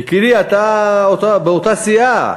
יקירי, אתה באותה סיעה,